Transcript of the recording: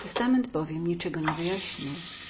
testament niczego nie objaśniał